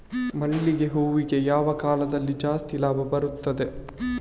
ಮಲ್ಲಿಗೆ ಹೂವಿಗೆ ಯಾವ ಕಾಲದಲ್ಲಿ ಜಾಸ್ತಿ ಲಾಭ ಬರುತ್ತದೆ?